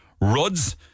Rudd's